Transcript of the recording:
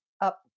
up